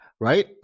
Right